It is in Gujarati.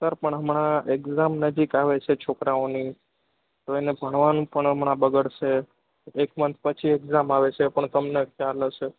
સર પણ હમણાં એક્ઝામ નજીક આવે છે છોકરાઓની તો એને ભણવાનું પણ હમણાં બગડશે એક મંથ પછી એક્ઝામ આવે છે પણ તમને ખ્યાલ હશે